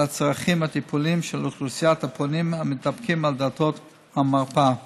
הצרכים הטיפוליים של אוכלוסיית הפונים המתדפקים על דלתות המרפאה.